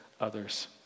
others